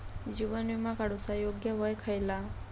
जीवन विमा काडूचा योग्य वय खयला?